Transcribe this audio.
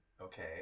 Okay